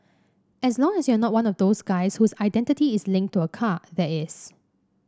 as long as you're not one of those guys whose identity is linked to a car that is